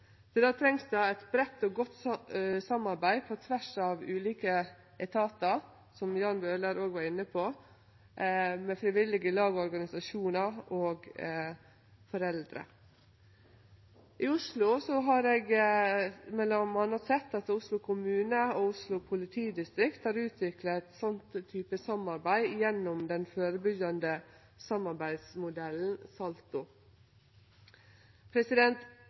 det trengst det eit breitt og godt samarbeid på tvers av ulike etatar, som Jan Bøhler òg var inne på, med friviljuge lag og organisasjonar og foreldre. I Oslo har eg m.a. sett at Oslo kommune og Oslo politidistrikt har utvikla eit slikt type samarbeid gjennom den førebyggjande samarbeidsmodellen